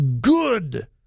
good